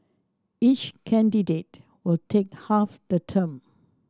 each candidate will take half the term